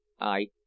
I